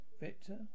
Victor